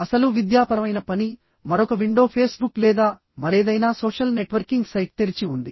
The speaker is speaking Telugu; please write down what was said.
అసలు విద్యాపరమైన పని మరొక విండో ఫేస్బుక్ లేదా మరేదైనా సోషల్ నెట్వర్కింగ్ సైట్ తెరిచి ఉంది